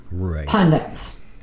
pundits